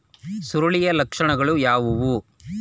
ಸುರುಳಿಯ ಲಕ್ಷಣಗಳು ಯಾವುವು?